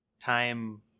Time